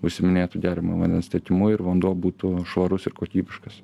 užsiiminėtų geriamojo vandens tiekimu ir vanduo būtų švarus ir kokybiškas